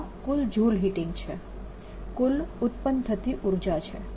તો આ કુલ જૂલ હિટીંગ છે કુલ ઉત્પન્ન થતી ઉર્જા છે